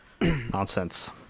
Nonsense